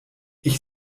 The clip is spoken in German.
ich